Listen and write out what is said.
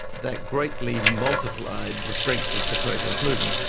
that greatly multiplied the strength of the protest movement,